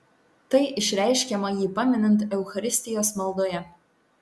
tai išreiškiama jį paminint eucharistijos maldoje